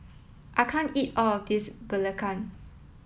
I can't eat all of this Belacan